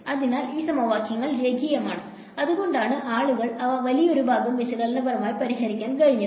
അതിനാൽ ഈ സമവാക്യങ്ങൾ രേഖീയമാണ് അതുകൊണ്ടാണ് ആളുകൾക്ക് അവ വലിയൊരു ഭാഗം വിശകലനപരമായി പരിഹരിക്കാൻ കഴിഞ്ഞത്